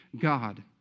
God